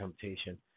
temptation